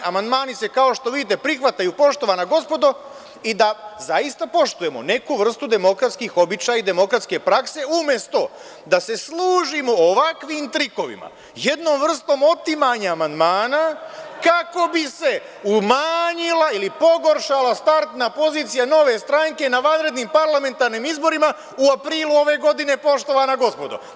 Amandmani se kao što vidite prihvataju, poštovana gospodo, i da zaista poštujemo neku vrstu demokratskih običaja i demokratske prakse, umesto da se služimo ovakvim trikovima, jednom vrstom otimanja amandmana, kako bi se umanjila ili pogoršala startna pozicija Nove stranke na vanrednim parlamentarnim izborima u aprilu ove godine, poštovana gospodo.